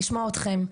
לשמוע אתכם.